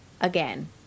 again